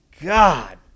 God